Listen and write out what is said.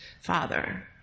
father